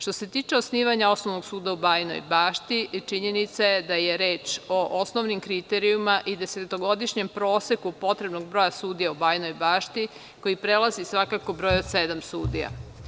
Što se tiče osnivanja Osnovnog suda u Bajinoj Bašti, činjenica je da je reč o osnovnim kriterijumima i desetogodišnjem proseku potrebnog broja sudija u Bajinoj Bašti, koji prelazi svakako broj od sedam sudija.